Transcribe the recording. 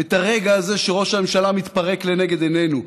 את הרגע הזה שראש הממשלה מתפרק לנגד עינינו.